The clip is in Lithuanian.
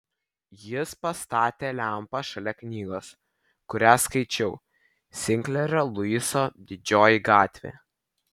jis pastatė lempą šalia knygos kurią skaičiau sinklerio luiso didžioji gatvė